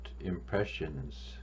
impressions